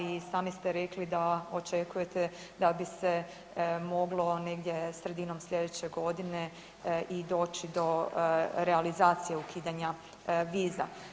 I sami ste rekli da očekujete da bi se moglo negdje sredinom sljedeće godine i doći do realizacije ukidanja viza.